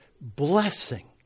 blessing